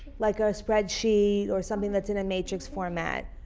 like a spreadsheet or something that's in a matrix format.